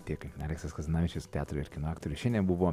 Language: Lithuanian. tiek aleksas kazanavičius teatro ir kino aktorius šiandien buvo